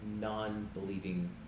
non-believing